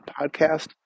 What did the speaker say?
podcast